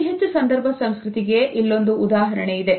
ಅತಿ ಹೆಚ್ಚು ಸಂದರ್ಭ ಸಂಸ್ಕೃತಿಗೆ ಇಲ್ಲೊಂದು ಉದಾಹರಣೆ ಇದೆ